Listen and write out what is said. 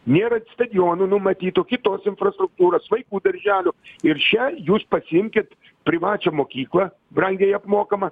nėra stadionų numatytų kitos infrastruktūros vaikų darželių ir čia jūs pasiimkit privačią mokyklą brangiai apmokamą